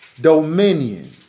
Dominion